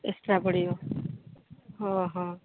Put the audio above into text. extra ପଡ଼ିବ ହଁ ହଁ